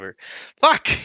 Fuck